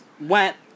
went